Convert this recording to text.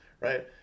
right